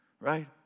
right